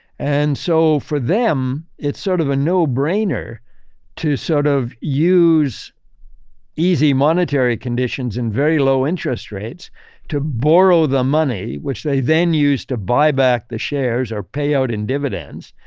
and so, for them, it's sort of a no brainer to sort of use easy monetary conditions and very low interest rates to borrow the money, which they then use to buy back the shares or pay out in dividends.